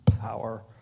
power